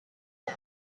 him